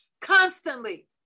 constantly